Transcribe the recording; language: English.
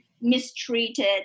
mistreated